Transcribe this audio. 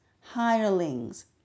hirelings